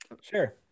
sure